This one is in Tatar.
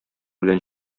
белән